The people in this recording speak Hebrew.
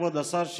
כבוד השר,